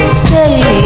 stay